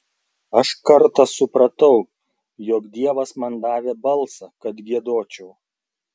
aš kartą supratau jog dievas man davė balsą kad giedočiau